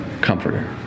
comforter